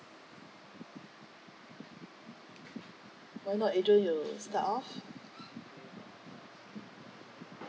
why not adrian you start off